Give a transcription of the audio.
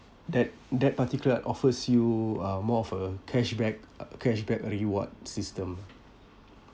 that that particular offers you a more of a cashback uh cashback reward system